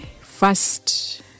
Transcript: first